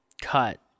cut